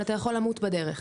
אבל אתה יכול למות בדרך".